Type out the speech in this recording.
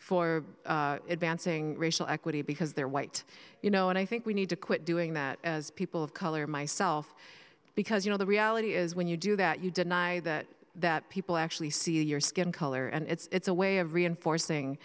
for advancing racial equity because they're white you know and i think we need to quit doing that as people of color myself because you know the reality is when you do that you deny that that people actually see your skin color and it's a way of reinforcing